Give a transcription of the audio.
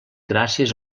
gràcies